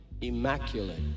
immaculate